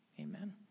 amen